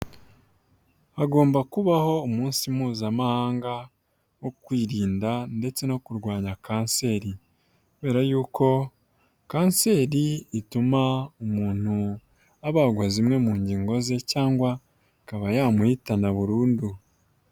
Hagomba kubaho umunsi mpuzamahanga wo kwirinda ndetse no kurwanya kanseri, kubera yuko kanseri ituma umuntu abagwa zimwe mu ngingo ze cyangwa ikaba yamuhitana burundu.